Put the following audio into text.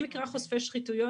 אני מכירה חושפי שחיתויות,